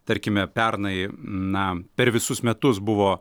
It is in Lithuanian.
tarkime pernai na per visus metus buvo